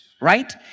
right